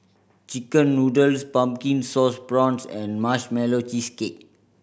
chicken noodles Pumpkin Sauce Prawns and Marshmallow Cheesecake